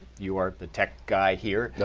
you are the tech guy here,